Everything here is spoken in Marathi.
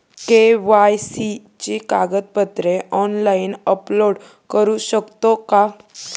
के.वाय.सी ची कागदपत्रे ऑनलाइन अपलोड करू शकतो का?